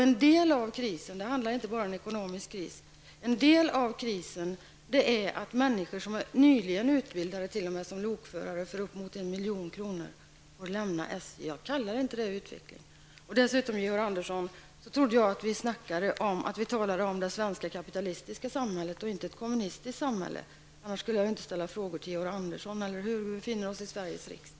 En del har krisen, som inte enbart är ekonomisk, är att människor som nyligen har utbildats till lokförare till en kostnad av uppemot 1 milj.kr. får lämna SJ. Jag kallar inte detta utveckling. Dessutom trodde jag, Georg Andersson, att vi talade om det svenska kapitalistiska samhället och inte om ett kommunistiskt samhälle. I annat fall skulle jag inte ställa frågor till Georg Andersson, eller hur? Vi befinner oss ju i Sveriges riksdag.